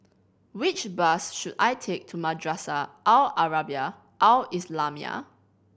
which bus should I take to Madrasah Al Arabiah Al Islamiah